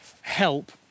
help